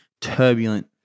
turbulent